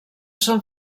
són